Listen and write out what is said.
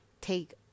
take